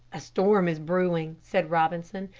a storm is brewing, said robinson,